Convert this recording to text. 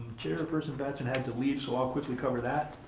chairperson benson had to leave, so i'll quickly cover that.